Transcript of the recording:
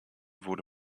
wurde